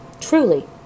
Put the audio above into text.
Truly